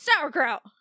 Sauerkraut